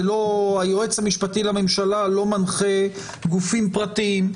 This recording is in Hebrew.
היועץ המשפטי לממשלה לא מנחה גופים פרטיים.